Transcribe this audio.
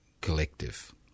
Collective